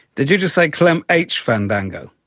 did you just say klem h fandango?